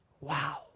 Wow